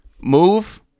move